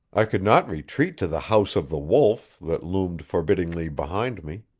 i could not retreat to the house of the wolf that loomed forbiddingly behind me.